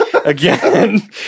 Again